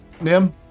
Nim